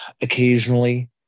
occasionally